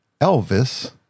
Elvis